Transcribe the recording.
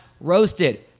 roasted